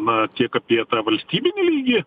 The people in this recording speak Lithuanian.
na tiek apie tą valstybinį lygį